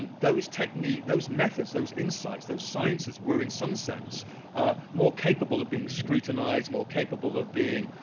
those techniques, those methods, those insights, those sciences were in some sense more capable of being scrutinized, more capable of being